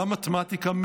וגם מתמטיקה,